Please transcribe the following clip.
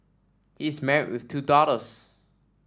he is married with two daughters